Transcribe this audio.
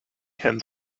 hens